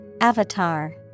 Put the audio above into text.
Avatar